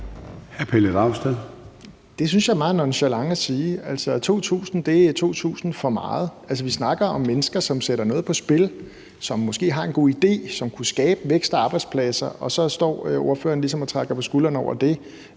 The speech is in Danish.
Pelle Dragsted (EL): Det synes jeg er meget nonchalant at sige. 2.000 er 2.000 for meget. Vi snakker om mennesker, som sætter noget på spil, som måske har en god idé, og som kunne skabe vækst og arbejdspladser, og så står ordføreren ligesom og trækker på skulderen over det,